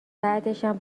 بعدشم